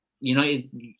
United